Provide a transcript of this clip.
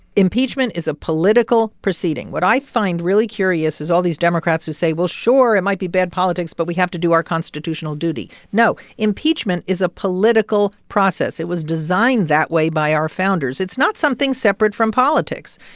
impeachment is a political proceeding. what i find really curious is all these democrats who say, well, sure it might be bad politics, but we have to do our constitutional duty. no, impeachment is a political process. it was designed that way by our founders. it's not something separate from politics.